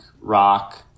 rock